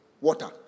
water